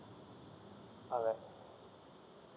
alright